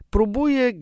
Próbuje